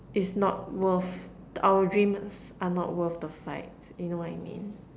it's not worth our dreams are not worth the fight you know what I mean